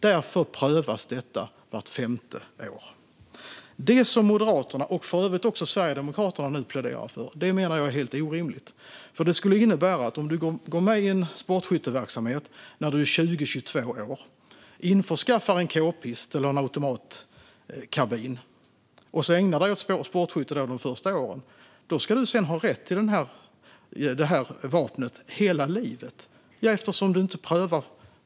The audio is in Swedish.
Därför prövas detta vart femte år. Det som Moderaterna och för övrigt också Sverigedemokraterna nu pläderar för menar jag är helt orimligt. Det skulle innebära att om du går med i en sportskytteverksamhet när du är 20-22 år, införskaffar en k-pist eller en automatkarbin och ägnar dig åt sportskytte de första åren ska du sedan ha rätt till detta vapen hela livet.